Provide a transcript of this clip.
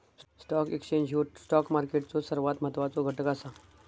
stock exchange ह्यो stock मार्केटचो सर्वात महत्वाचो घटक असा